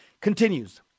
Continues